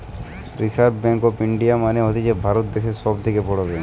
reserve Bank of India মানে হতিছে ভারত দ্যাশের সব থেকে বড় ব্যাঙ্ক